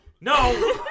No